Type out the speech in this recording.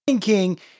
King